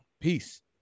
Peace